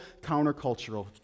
countercultural